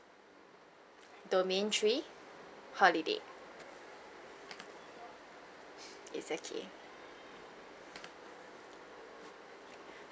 domain three holiday it's okay